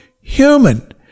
human